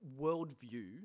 worldview